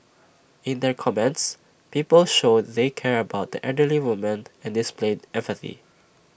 in their comments people showed they cared about the elderly woman and displayed empathy